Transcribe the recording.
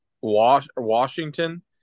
Washington